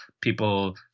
people